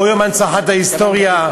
או יום הנצחת ההיסטוריה,